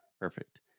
Perfect